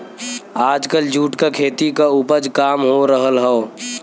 आजकल जूट क खेती क उपज काम हो रहल हौ